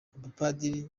abapadiri